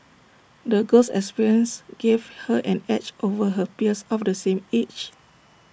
the girl's experiences gave her an edge over her peers of the same age